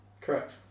Correct